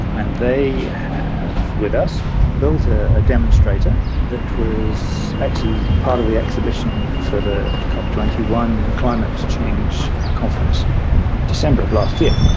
and they have with us built a demonstrator that was actually part of the exhibition for the cop twenty one climate change conference in december of last year.